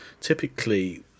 typically